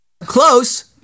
Close